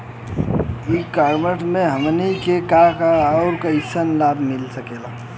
ई कॉमर्स से हमनी के का का अउर कइसन लाभ मिल सकेला?